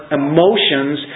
emotions